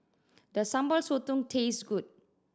does Sambal Sotong taste good